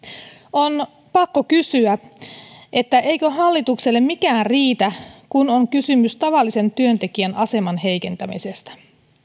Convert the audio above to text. on pakko kysyä eikö hallitukselle mikään riitä kun on kysymys tavallisen työntekijän aseman heikentämisestä